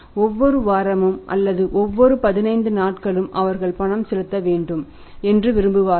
ஒவ்வொரு வாரமும் அல்லது ஒவ்வொரு 15 நாட்களுக்கும் அவர்கள் பணம் செலுத்த வேண்டும் என்று விரும்புகிறார்கள்